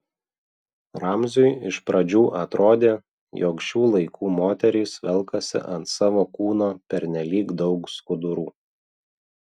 ramziui iš pradžių atrodė jog šių laikų moterys velkasi ant savo kūno pernelyg daug skudurų